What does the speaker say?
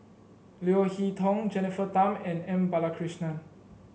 Leo Hee Tong Jennifer Tham and M Balakrishnan